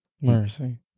Mercy